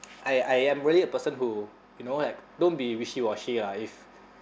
I I am really a person who you know like don't be wishy washy lah if